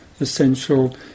essential